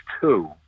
two